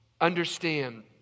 understand